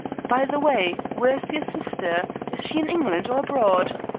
by the way, where is your sister? is she in england or abroad?